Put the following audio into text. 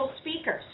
speakers